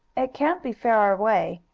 it can't be far away,